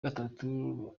gatatu